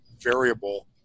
variable